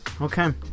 okay